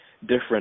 different